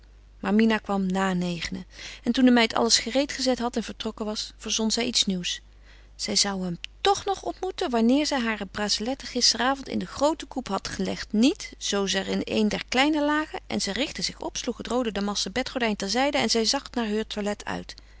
mina kwam na negenen en toen de meid alles gereed gezet had en vertrokken was verzon zij iets nieuws zij zou hem toch nog ontmoeten wanneer zij hare braceletten gisterenavond in de groote coupe had gelegd niet zoo ze in een der kleine lagen en ze richtte zich op sloeg het roode damasten bedgordijn terzijde en zij zag naar heur toilet uit